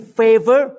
favor